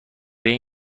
این